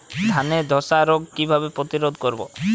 ধানে ধ্বসা রোগ কিভাবে প্রতিরোধ করব?